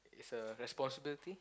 is a responsibility